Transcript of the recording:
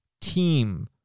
team